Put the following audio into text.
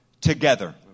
together